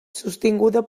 sostinguda